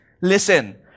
listen